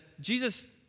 Jesus